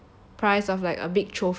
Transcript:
price of like a big trophy